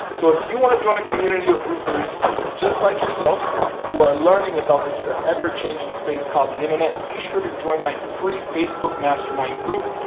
so if you wanna join a community of roofers just like yourself who are learning about this forever changing space called the internet, be sure to join my free facebook mastermind group.